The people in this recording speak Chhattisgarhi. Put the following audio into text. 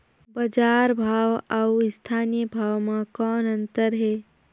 बजार भाव अउ स्थानीय भाव म कौन अन्तर हे?